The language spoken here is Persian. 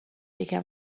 یکم